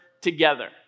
together